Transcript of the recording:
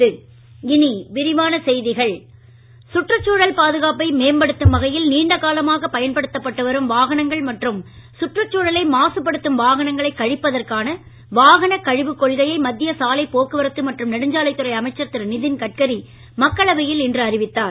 நிதின்கட்கரி சுற்றுசூழல் பாதுகாப்பை மேம்படுத்தும் வகையில் நீண்ட காலமாக பயன்படுத்தப்பட்டு வரும் வாகனங்கள் மற்றும் சுற்றுச்சூழலை மாசுப்படுத்தும் வாகனங்களை கழிப்பதற்கான வாகன கழிவு கொள்கையை மத்திய சாலை போக்குவரத்து மற்றும் நெடுஞ்சாலைத் துறை அமைச்சர் திரு நிதின்கட்கரி மக்களவையில் இன்று அறிவித்தார்